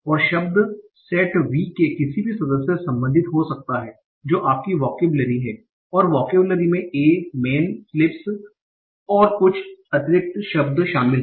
और शब्द set V के किसी भी सदस्य से संबंधित हो सकता है जो आपकी वोकेबलरी है और वोकेबलरी में ए मेन स्लीप्स और कुछ अतिरिक्त शब्द शामिल हैं